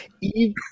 EVE